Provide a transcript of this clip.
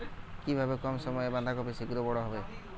কিভাবে কম সময়ে বাঁধাকপি শিঘ্র বড় হবে?